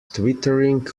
twittering